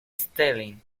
stalin